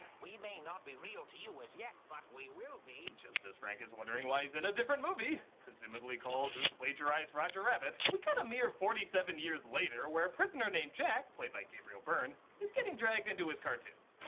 we may not be real to you as yet, but we will be. just as frank is wondering why he's in a different movie, presumably called who plagiarized roger rabbit? we cut a mere forty seven years later where a prisoner named jack, played by gabriel byrne, is getting dragged into his cartoons.